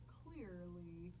clearly